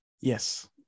Yes